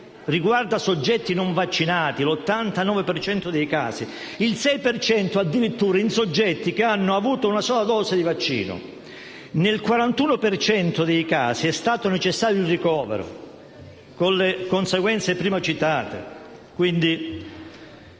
riguarda soggetti non vaccinati, il 6 per cento addirittura soggetti che hanno avuto una sola dose di vaccino. Nel 41 per cento dei casi è stato necessario il ricovero, con le conseguenze prima citate.